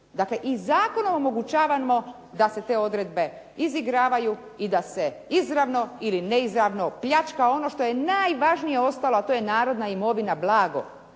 Dakle, i zakonom omogućavamo da se te odredbe izigravaju i da se izravno ili neizravno pljačka ono što je najvažnije ostalo, a to je narodna imovina, blago